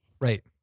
Right